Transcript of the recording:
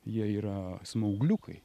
jie yra smaugliukai